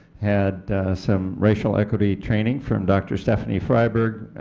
had some racial equity training from dr. stephanie freiberg,